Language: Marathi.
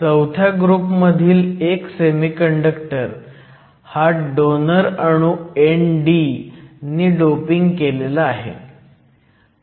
चौथ्या ग्रुप मधील एक सेमीकंडक्टर हा डोनर अणू ND नी डोपिंग केलेला आहे